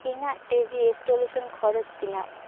ᱤᱧᱟᱹᱜ TV installation ᱠᱷᱚᱨᱚᱪ ᱛᱤᱱᱟᱹᱜ